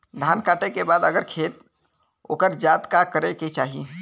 धान कांटेके बाद अगर खेत उकर जात का करे के चाही?